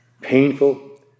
painful